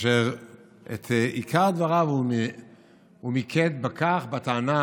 ואת עיקר דבריו הוא מיקד בטענה